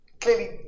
Clearly